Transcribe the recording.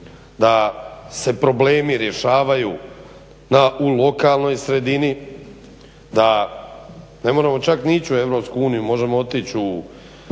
da se problemi rješavaju u lokalnoj sredini, da ne moramo čak ni ići u EU možemo otići u